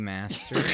Master